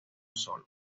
solo